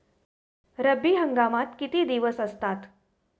रब्बी हंगामात किती दिवस असतात?